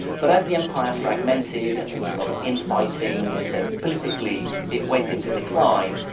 but as the empire fragmented and there was a lot of infighting, so politically it went into decline,